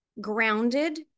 grounded